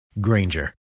Granger